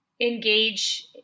engage